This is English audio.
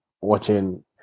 watching